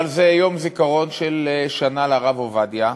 אבל זה יום זיכרון של שנה לרב עובדיה,